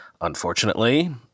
unfortunately